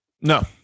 No